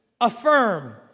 affirm